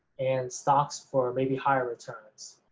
and stocks for maybe higher returns.